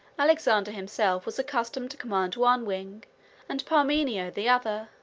alexander himself was accustomed to command one wing and parmenio the other,